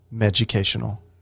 educational